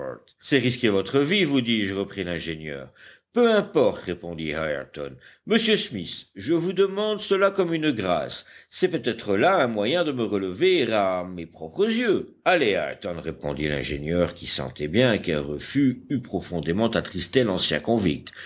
c'est risquer votre vie vous dis-je reprit l'ingénieur peu importe répondit ayrton monsieur smith je vous demande cela comme une grâce c'est peut-être là un moyen de me relever à mes propres yeux allez ayrton répondit l'ingénieur qui sentait bien qu'un refus eût profondément attristé l'ancien convict